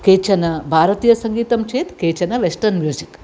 केचन भारतीयसङ्गीतं चेत् केचन वेस्टर्न् म्यूज़िक्